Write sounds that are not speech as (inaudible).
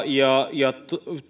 (unintelligible) ja ja